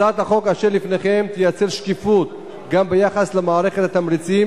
הצעת החוק אשר לפניכם תייצר שקיפות גם ביחס למערכת התמריצים